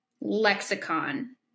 lexicon